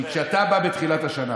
חבר, כי כשאתה בא בתחילת השנה